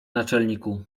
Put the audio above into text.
naczelniku